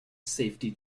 safety